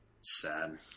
sad